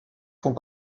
font